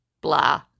blah